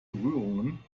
berührungen